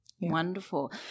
Wonderful